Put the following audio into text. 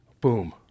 boom